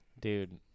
Dude